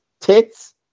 tits